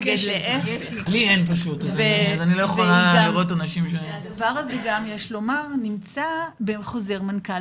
יש לומר שהדבר הזה גם נמצא בחוזר מנכ"ל